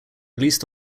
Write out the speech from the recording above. released